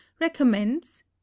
recommends